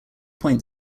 point